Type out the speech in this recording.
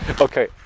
Okay